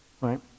right